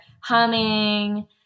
humming